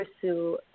pursue